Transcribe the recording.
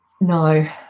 No